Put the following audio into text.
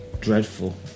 dreadful